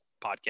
podcast